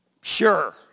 Sure